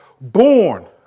born